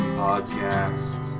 podcast